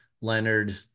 Leonard